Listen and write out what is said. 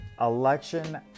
election